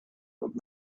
old